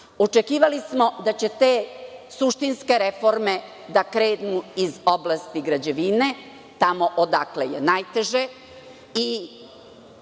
očekivali smo da će te suštinske reforme da krenu iz oblasti građevine, tamo odakle je najteže